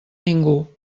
ningú